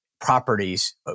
Properties